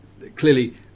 Clearly